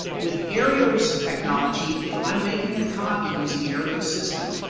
with aereo's technology, if i'm making a copy using aereo's system,